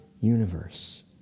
universe